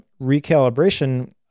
recalibration